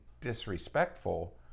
disrespectful